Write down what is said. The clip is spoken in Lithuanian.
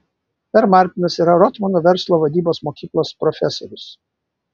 r martinas yra rotmano verslo vadybos mokyklos profesorius